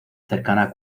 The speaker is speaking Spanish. cercana